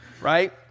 right